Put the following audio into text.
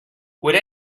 would